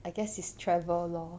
I guess is travel lor